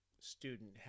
student